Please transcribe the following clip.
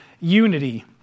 unity